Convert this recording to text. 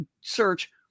search